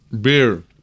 beer